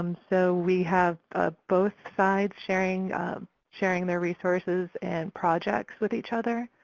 um so we have ah both sides sharing sharing their resources and projects with each other.